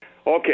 okay